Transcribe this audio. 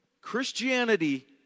Christianity